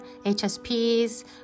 HSPs